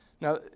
Now